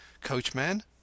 Coachman